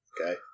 Okay